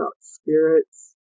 spirits